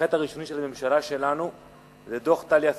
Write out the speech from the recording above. החטא הראשוני של הממשלה שלנו זה דוח טליה ששון,